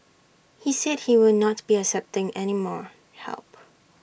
he said he will not be accepting any more help